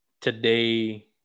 today